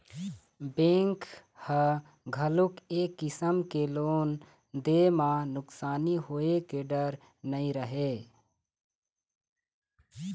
bank ह घलोक ए किसम के लोन दे म नुकसानी होए के डर नइ रहय